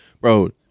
Bro